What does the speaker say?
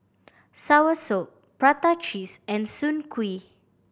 soursop prata cheese and Soon Kuih